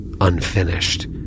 Unfinished